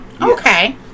Okay